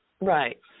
Right